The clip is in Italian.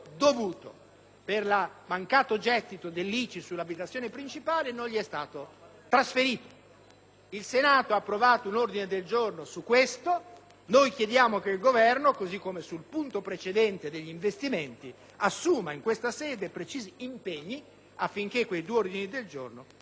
per il mancato gettito dell'ICI sull'abitazione principale non gli è stato ancora trasferito. Il Senato ha approvato un ordine del giorno su questo tema. Noi chiediamo che il Governo, così come sul punto precedente inerente gli investimenti degli enti locali, assuma in questa sede precisi impegni affinché quell'ordine del giorno venga